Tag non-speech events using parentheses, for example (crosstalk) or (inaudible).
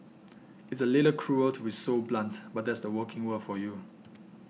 (noise) it's a little cruel to be so blunt but that's the working world for you